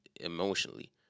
emotionally